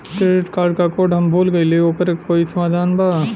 Credit card क code हम भूल गइली ओकर कोई समाधान बा?